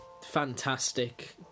fantastic